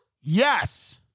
Yes